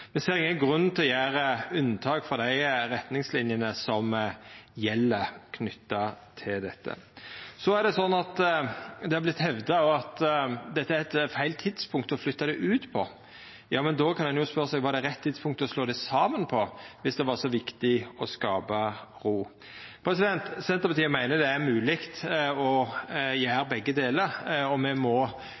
ser ingen grunn til å gjera unntak frå dei retningslinjene som gjeld knytte til dette. Så har det vorte hevda at dette er eit feil tidspunkt å flytta det ut på. Ja, men då kan ein jo spørja seg: Var det rett tidspunkt å slå det saman på dersom det var så viktig å skapa ro? Senterpartiet meiner det er mogleg å gjera begge delar, og me må